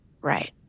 Right